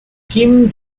kim